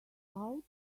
out